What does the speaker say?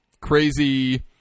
crazy